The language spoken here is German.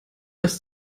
als